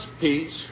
peace